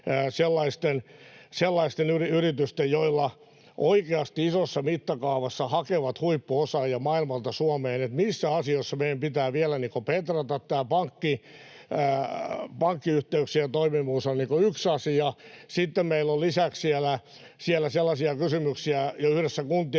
sellaisten yritysten, jotka oikeasti isossa mittakaavassa hakevat huippuosaajia maailmalta Suomeen — että missä asioissa meidän pitää vielä petrata. Tämä pankkiyhteyksien toimivuus on yksi asia. Sitten meillä on lisäksi siellä sellaisia kysymyksiä, yhdessä kuntien